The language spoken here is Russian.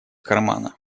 кармана